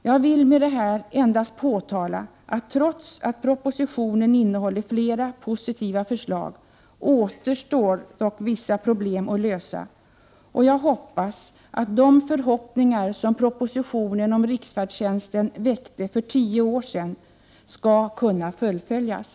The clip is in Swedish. Jag vill med detta endast påpeka att trots att propositionen innehåller flera positiva förslag, återstår dock vissa problem att lösa. Jag hoppas att de förhoppningar som propositionen om riksfärdtjänsten väckte för tio år sedan skall kunna förverkligas.